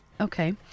Okay